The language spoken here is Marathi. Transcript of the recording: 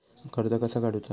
कर्ज कसा काडूचा?